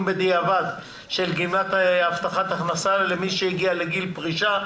בדיעבד של גמלת הבטחת הכנסה למי שהגיע לגיל פרישה),